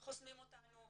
חוסמים אותנו.